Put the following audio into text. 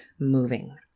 moving